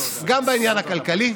גם בעניין הכלכלי,